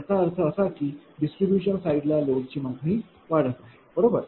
याचा अर्थ असा की डिस्ट्रीब्यूशन साईडला लोडची मागणी वाढत आहे बरोबर